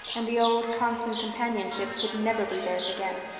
and the old constant companionship could never be theirs again.